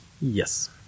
yes